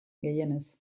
gehienez